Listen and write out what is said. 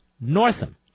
Northam